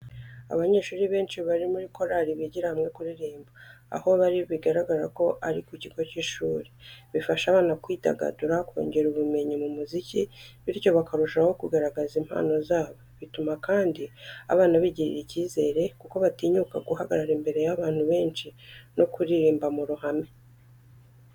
Abanyeshuri benshi bari muri korali bigira hamwe kuririmbira. Aho bari bigaragara ko ari ku kigo cy'ishuri. Bifasha abana kwidagadura, kongera ubumenyi mu muziki bityo bakarushaho kugaragaza impano zabo. Bituma kandi abana bigirira ikizere kuko batinyuka guhagarara imbere y'abantu benshi no kuririmba mu ruhame.